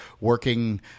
working